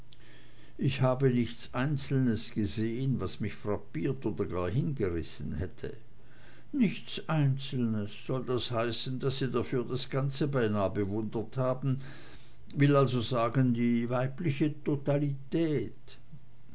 ich habe nichts einzelnes gesehn was mich frappiert oder gar hingerissen hätte nichts einzelnes soll das heißen daß sie dafür das ganze beinah bewundert haben will also sagen die weibliche totalität